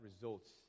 results